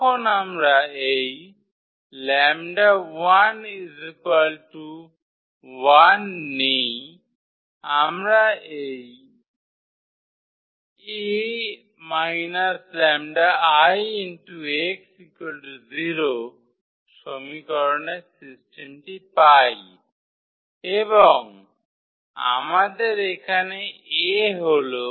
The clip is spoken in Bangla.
যখন আমরা এই 𝜆1 1 নিই আমরা এই 𝐴 𝜆𝐼 𝑥 0 সমীকরণের সিস্টেমটি পাই এবং আমাদের এখানে A হল